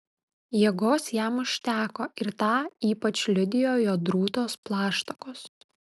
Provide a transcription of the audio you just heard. jėgos jam užteko ir tą ypač liudijo jo drūtos plaštakos